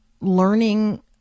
learning